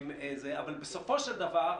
בסופו של דבר,